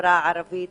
בחברה הערבית